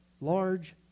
large